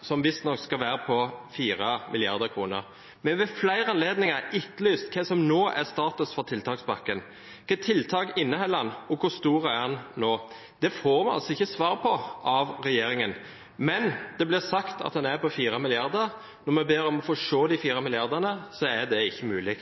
som visstnok skal være på 4 mrd. kr. Vi har ved flere anledninger etterlyst hva som nå er status for tiltakspakken. Hva slags tiltak inneholder den, og hvor stor er den nå? Det får vi altså ikke svar på av regjeringen. Det blir sagt at den er på 4 mrd. kr, men når vi ber om å få se de fire milliardene, er det ikke mulig.